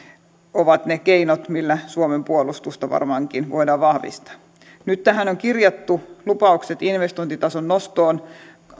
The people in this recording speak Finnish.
ovat ne keinot millä suomen puolustusta varmaankin voidaan vahvistaa nyt tähän on kirjattu lupaukset investointitason nostoon